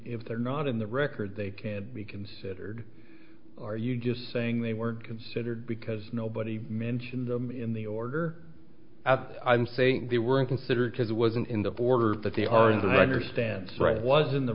if they're not in the record they can't be considered are you just saying they weren't considered because nobody mentioned them in the order i'm saying they weren't considered because it wasn't in the border that they are in that understands right was in the